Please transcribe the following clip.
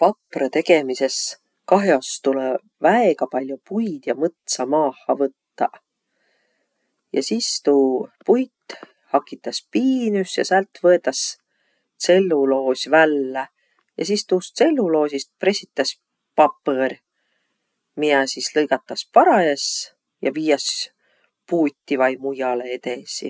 Paprõ tegemises kah'os tulõ väega pall'o puid ja mõtsa maaha võttaq. Ja sis tuu puit hakitas piinüs ja säält võetas tselluloos vällä. Ja sis tuust tselluloosist pressitäs papõr, miä sis lõigatas parajas ja viiäs puuti vai mujjalõ edesi.